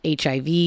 HIV